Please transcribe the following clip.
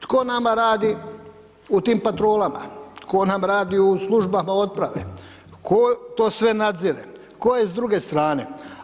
Tko nama radi u tim patrolama, tko nam radi u službama otprave, tko to sve nadzire, tko je s druge strane.